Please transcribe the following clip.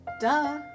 Duh